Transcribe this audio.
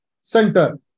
center